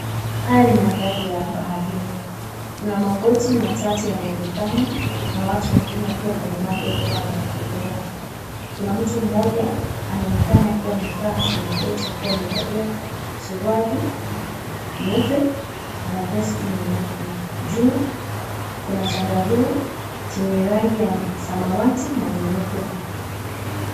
Haya ni mandhari ya baharini. Kuna maboti matatu yanaonekana na watu wengine wakiwa kwenye maji wakiwa wanaogelea. Kuna mtu mmoja anaonekana akiwa amekaa kwenye boti akiwa amevalia suruali nyeupe na vesti nyeupe. Juu kuna chandarua chenye rangi ya samawati na nyeupe.